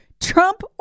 Trump